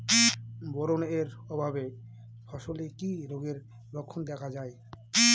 Boron এর অভাবে ফসলে কি রোগের লক্ষণ দেখা যায়?